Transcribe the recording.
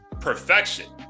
perfection